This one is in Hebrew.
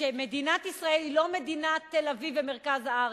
שמדינת ישראל היא לא מדינת תל-אביב ומרכז הארץ,